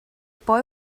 boy